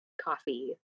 coffee